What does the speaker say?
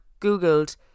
googled